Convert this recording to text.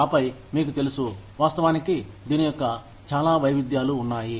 ఆపై మీకు తెలుసు వాస్తవానికి దీని యొక్క చాలా వైవిద్యాలు ఉన్నాయి